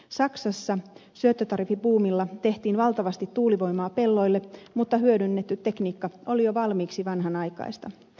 saksassa syöttötariffibuumilla tehtiin valtavasti tuulivoimaa pelloille mutta hyödynnetty tekniikka oli jo valmiiksi vanhanaikaista